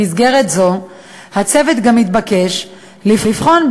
במסגרת זו הצוות גם התבקש לבחון,